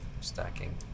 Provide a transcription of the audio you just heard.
Stacking